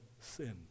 sin